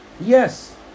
Yes